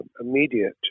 immediate